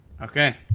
okay